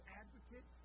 advocate